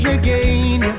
again